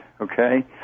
okay